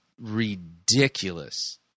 ridiculous